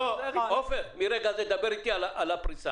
רוב הלקוחות כבר עברו לשוק הסיטונאי,